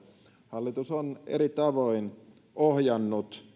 hallitus on eri tavoin ohjannut